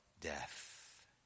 death